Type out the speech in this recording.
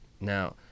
Now